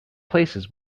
places